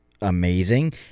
amazing